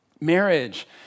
Marriage